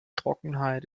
trockenheit